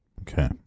Okay